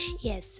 yes